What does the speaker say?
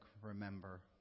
remember